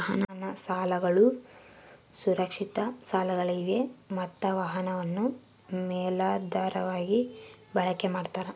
ವಾಹನ ಸಾಲಗಳು ಸುರಕ್ಷಿತ ಸಾಲಗಳಾಗಿವೆ ಮತ್ತ ವಾಹನವನ್ನು ಮೇಲಾಧಾರವಾಗಿ ಬಳಕೆ ಮಾಡ್ತಾರ